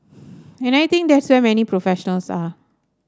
and I think that's where many professionals are